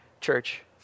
church